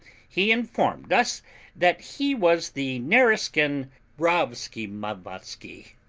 he informed us that he was the nareskin rowskimowmowsky,